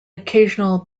occasional